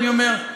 אני אומר,